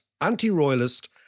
anti-royalist